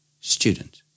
Student